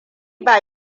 ba